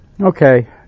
Okay